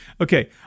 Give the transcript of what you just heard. okay